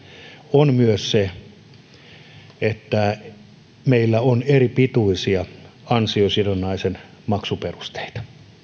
on myös se että meillä on eripituisia ansiosidonnaisen maksuperusteita